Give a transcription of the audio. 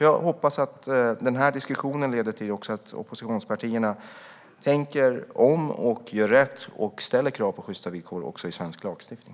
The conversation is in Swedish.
Jag hoppas att den här diskussionen leder till att också oppositionspartierna tänker om, gör rätt och ställer krav på sjysta villkor också i svensk lagstiftning.